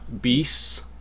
beasts